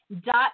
dot